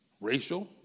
racial